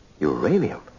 Uranium